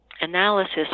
analysis